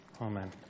Amen